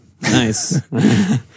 Nice